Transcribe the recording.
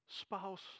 spouse